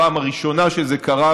הפעם הראשונה שזה קרה,